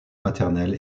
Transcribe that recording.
maternelle